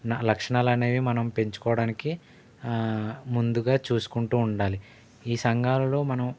నా లక్షణాలనేవి మనం పెంచుకోవడానికి ముందుగా చూసుకుంటూ ఉండాలి ఈ సంఘాలలో మనం